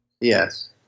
Yes